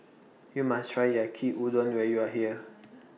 YOU must Try Yaki Udon when YOU Are here